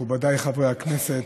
מכובדיי חברי הכנסת,